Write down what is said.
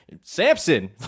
Samson